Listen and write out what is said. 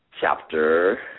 chapter